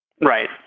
Right